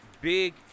big